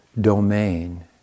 domain